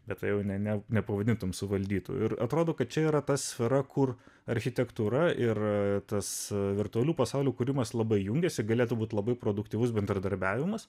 bet tai jau ne ne nepavadintumei suvaldytu ir atrodo kad čia yra ta sfera kur architektūra ir tas virtualių pasaulių kūrimas labai jungiasi galėtų būti labai produktyvus bendradarbiavimas